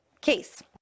case